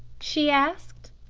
she asked.